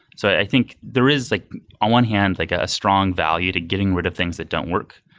so i think there is like a one hand, like ah a strong value to getting rid of things that don't work,